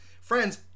Friends